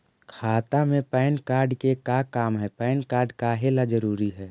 खाता में PAN card के का काम है पैन कार्ड काहे ला जरूरी है?